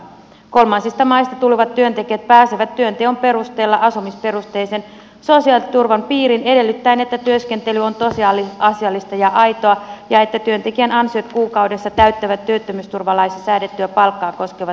kolmansista maista tulevat työntekijät pääsevät työnteon perusteella asumisperusteisen sosiaaliturvan piiriin edellyttäen että työskentely on tosiasiallista ja aitoa ja että työntekijän ansiot kuukaudessa täyttävät työttömyysturvalaissa säädettyä palkkaa koskevat edellytykset